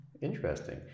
Interesting